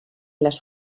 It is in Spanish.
las